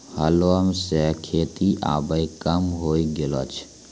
हलो सें खेती आबे कम होय गेलो छै